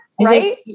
Right